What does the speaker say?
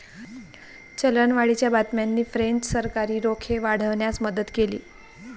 चलनवाढीच्या बातम्यांनी फ्रेंच सरकारी रोखे वाढवण्यास मदत केली